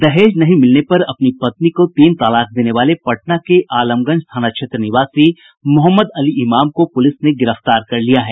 दहेज नहीं मिलने पर अपनी पत्नी को तीन तलाक देने वाले पटना के आलमगंज थाना क्षेत्र निवासी मोहम्मद अली ईमाम को पुलिस ने गिरफ्तार कर लिया है